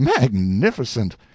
magnificent